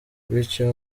bityo